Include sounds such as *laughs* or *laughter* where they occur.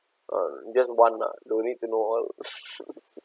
uh just one lah no need to know all *laughs*